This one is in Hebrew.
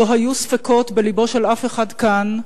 לא היו ספקות בלבו של אף אחד כאן,